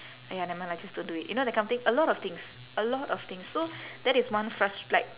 !aiya! nevermind lah just don't do it you know that kind of thing a lot of things a lot of things so that is one frus~ like